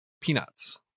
peanuts